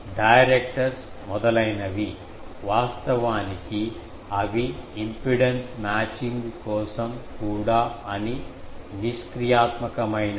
directors మొదలైనవి వాస్తవానికి అవి ఇంపిడెన్స్ మ్యాచింగ్ కోసం కూడా అవి నిష్క్రియాత్మకమైనవి